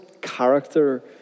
character